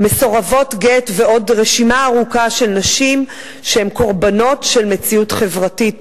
מסורבות גט ועוד רשימה ארוכה של נשים שהן קורבנות של מציאות חברתית.